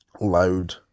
loud